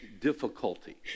difficulty